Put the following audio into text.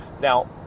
Now